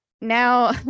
Now